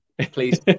Please